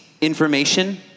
information